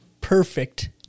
perfect